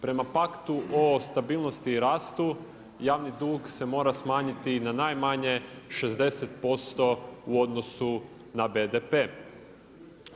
Prema Paktu o stabilnosti i rastu, javni dug se mora smanjiti na najmanje 60% u odnosu na BDP-e.